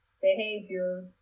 behavior